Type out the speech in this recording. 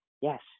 Yes